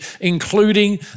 including